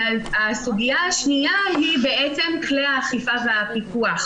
הסוגיה השנייה היא כלי האכיפה והפיקוח,